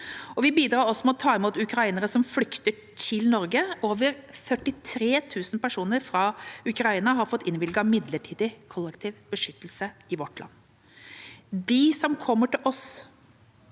Vi bidrar også med å ta imot ukrainere som flykter til Norge. Over 43 000 personer fra Ukraina fått innvilget midlertidig kollektiv beskyttelse i vårt land. De som kommer til oss,